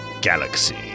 galaxy